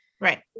right